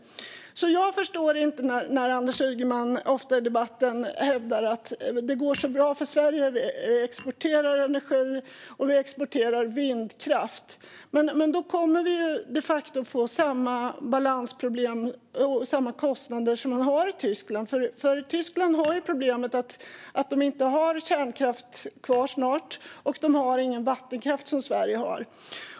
Jag förstår inte när Anders Ygeman i debatten ofta hävdar att det går så bra för Sverige, att vi exporterar energi och att vi exporterar vindkraft. Vi kommer de facto att få samma balansproblem och kostnader som man har i Tyskland. Där har de problemet att de snart inte har någon kärnkraft kvar, och de har heller ingen vattenkraft så som Sverige har.